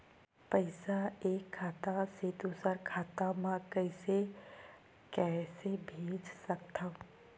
पईसा एक खाता से दुसर खाता मा कइसे कैसे भेज सकथव?